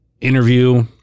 interview